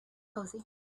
cosy